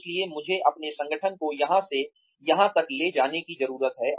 इसलिए मुझे अपने संगठन को यहां से यहां तक ले जाने की क्या जरूरत है